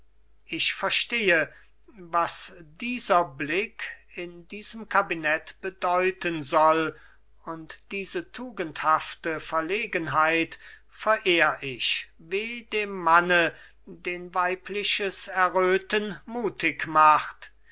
ich verstehe was dieser blick in diesem kabinett bedeuten soll und diese tugendhafte verlegenheit verehr ich weh dem manne den weibliches erröten mutig macht